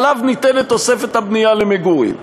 עליו ניתן את תוספת הבנייה למגורים.